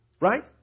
Right